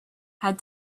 had